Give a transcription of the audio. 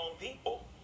people